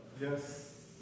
Yes